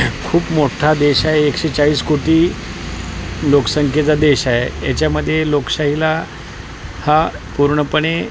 खूप मोठ्ठा देश आहे एकशे चाळीस कोटी लोकसंख्येचा देश आहे याच्यामध्ये लोकशाहीला हा पूर्णपणे